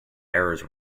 errors